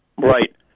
Right